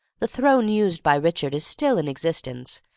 the throne used by richard is still in existence,